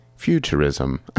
Futurism